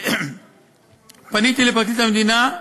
פניתי לפרקליט המדינה,